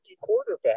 quarterback